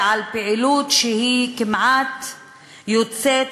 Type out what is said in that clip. ועל פעילות שהיא כמעט יוצאת,